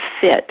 fit